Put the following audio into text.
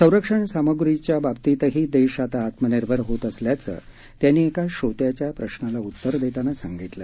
संरक्षण साम्ग्रीच्या बाबतीतही देश आता आत्मनिर्भर होत असल्याचं त्यांनी एका श्रोत्याच्या प्रश्नाला उतर देताना सांगितलं